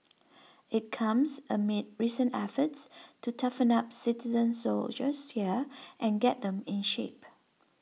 it comes amid recent efforts to toughen up citizen soldiers here and get them in shape